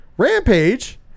Rampage